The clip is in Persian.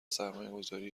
سرمایهگذاری